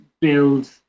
build